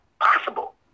possible